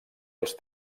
els